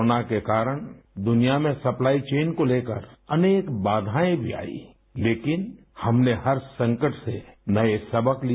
corona के कारण दुनिया में सप्लाई चेन को लेकर अनेक बाधाएं भी थाई लेकिन हमने हर संकट से नए सबक लिए